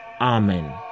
Amen